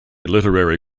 literary